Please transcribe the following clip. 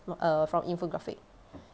err from infographic